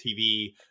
TV